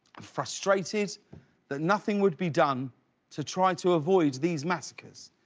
frustrated that nothing would be done to try to avoid these massacres.